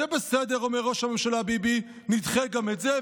זה בסדר, אומר ראש הממשלה ביבי, נדחה גם את זה.